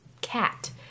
cat